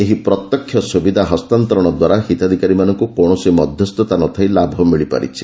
ଏହି ପ୍ରତ୍ୟକ୍ଷ ସୁବିଧା ହସ୍ତାନ୍ତରଣ ଦ୍ୱାରା ହିତାଧିକାରୀମାନଙ୍କୁ କୌଣସି ମଧ୍ୟସ୍ଥତା ନଥାଇ ଲାଭ ମିଳିପାରିଛି